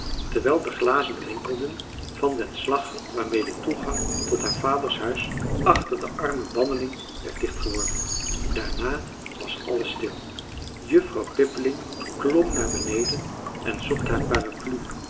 terwijl de glazen rinkinkten van den slag waarmee de toegang tot haar vaders huis achter de arme banneling werd dichtgeworpen daarna was alles stil juffrouw pippeling klom naar beneden en zocht haar paraplu